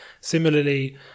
Similarly